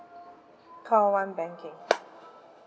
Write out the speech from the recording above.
call one banking